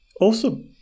awesome